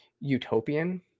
utopian